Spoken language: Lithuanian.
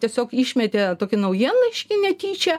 tiesiog išmetė tokį naujienlaiškį netyčia